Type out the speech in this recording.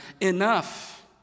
enough